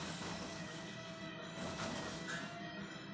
ಜಠರ ವಿಷಗಳು ಯಾವ ಕೇಟಗಳ ಮ್ಯಾಲೆ ಹ್ಯಾಂಗ ಕಾರ್ಯ ನಿರ್ವಹಿಸತೈತ್ರಿ?